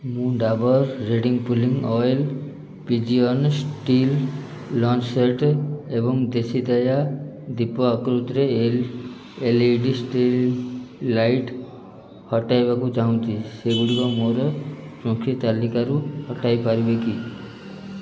ମୁଁ Dabur red pulling oil pigeon steel lunch set ଏବଂ ଦେଶୀ ଦେୟା ଦୀପ ଆକୃତିର L L E D street light ହଟାଇବାକୁ ଚାହୁଁଛି ସେଗୁଡ଼ିକ ମୋର ତାଲିକାରୁ ହଟାଇପାରିବେ କି